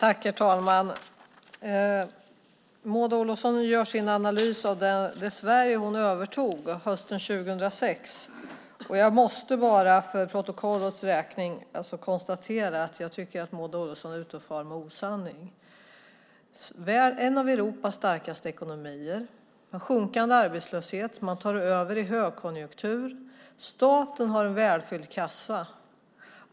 Herr talman! Maud Olofsson gör sin analys av det Sverige hon övertog hösten 2006. Jag måste bara för protokollets räkning konstatera att Maud Olofsson far med osanning. Vi är en av Europas starkaste ekonomier. Vi har sjunkande arbetslöshet. Ni tog över i högkonjunktur. Staten har en välfylld kassa.